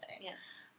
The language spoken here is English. Yes